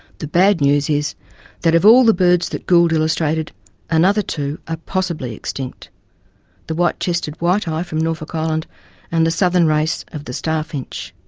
the bad news is that of all the birds that gould illustrated another two are ah possibly extinct the white chested white-eye from norfolk island and the southern race of the star finch.